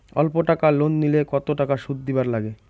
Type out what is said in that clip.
অল্প টাকা লোন নিলে কতো টাকা শুধ দিবার লাগে?